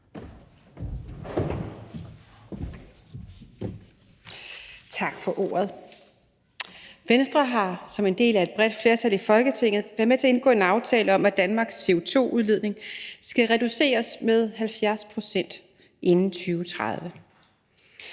Tak for ordet. Venstre har som en del af et bredt flertal i Folketinget været med til at indgå en aftale om, at Danmarks CO2-udledning skal reduceres med 70 pct. inden 2030.